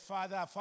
Father